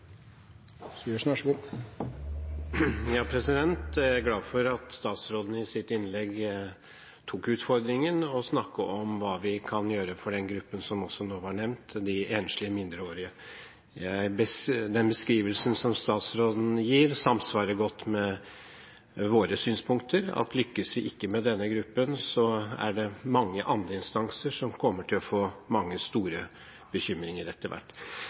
kjenne. Så jeg tror at vi må tenke nytt og kreativt på hvordan vi kan få disse unge inn i det norske samfunnet. Jeg er glad for at statsråden i sitt innlegg tok utfordringen med å snakke om hva vi kan gjøre for den gruppen som nå var nevnt; de enslige mindreårige. Den beskrivelsen som statsråden gir, samsvarer godt med våre synspunkter: Lykkes vi ikke med denne gruppen, er det mange andre instanser som kommer til å få